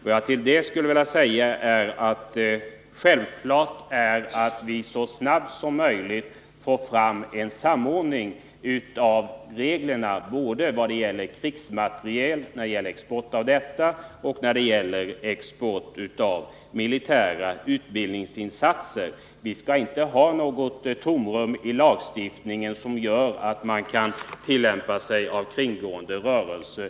Och det är självfallet angeläget att vi så snart som möjligt får en samordning av reglerna för export av krigsmateriel och export av militära utbildningsinsatser. Vi skall inte ha något tomrum i lagstiftningen som i detta sammanhang ger utrymme för kringgående rörelser.